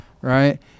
right